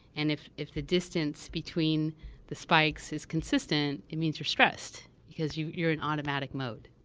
and if if the distance between the spikes is consistent, it means you're stressed, because you're you're in automatic mode.